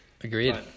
Agreed